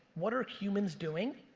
what are humans doing?